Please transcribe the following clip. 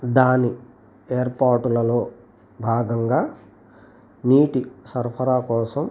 దాని ఏర్పాటుల్లో భాగంగా నీటి సరఫరా కోసం